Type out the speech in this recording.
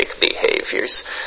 behaviors